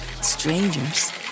Strangers